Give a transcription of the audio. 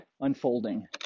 unfolding